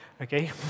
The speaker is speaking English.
okay